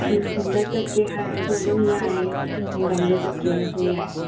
ꯅꯨꯡꯊꯤꯜꯗ ꯆꯠꯀꯦ ꯍꯥꯏꯔꯁꯨ ꯑꯗꯨꯝ ꯌꯥꯏ ꯅꯨꯡꯗꯥꯡꯗ ꯆꯠꯀꯦ ꯍꯥꯏꯔꯁꯨ ꯌꯥꯏ